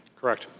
correct.